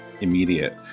immediate